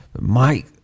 Mike